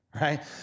Right